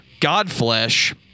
Godflesh